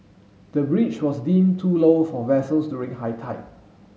the bridge was deemed too low for vessels during high tide